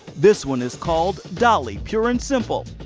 this one is called dolly, pure and simple,